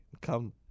come